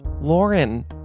Lauren